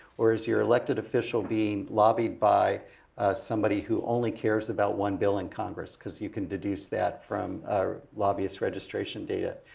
whereas your elected official being lobbied by somebody who only cares about one bill in congress because you can deduce that from lobbyist registration data.